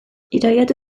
irabiatu